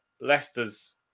Leicester's